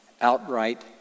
outright